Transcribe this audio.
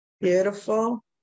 Beautiful